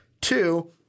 two